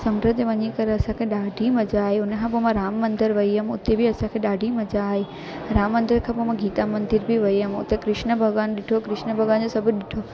समुंड ते वञी करे असांखे ॾाढी मज़ा आई हुन खां पोइ मां राम मंदरु वेई हुअमि हुते बि असांखे ॾाढी मज़ा आई राम मंदर खां पोइ मां गीता मंदर बि वेई हुअमि हुते कृष्ण भॻवानु ॾिठो कृष्ण भॻवानु जो सभु ॾिठो